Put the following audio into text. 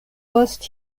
post